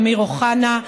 אמיר אוחנה,